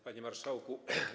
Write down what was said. Panie Marszałku!